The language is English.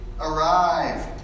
arrive